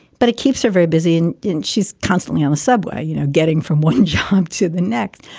but it keeps her very busy and and she's constantly on the subway, you know, getting from one job to the next.